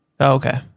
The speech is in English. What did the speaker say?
Okay